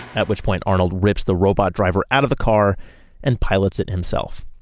at which point arnold rips the robot driver out of the car and pilots it himself.